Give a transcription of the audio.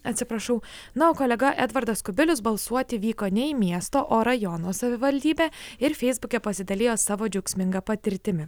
atsiprašau na o kolega edvardas kubilius balsuoti vyko ne miesto o rajono savivaldybė ir feisbuke pasidalijo savo džiaugsminga patirtimi